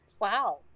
wow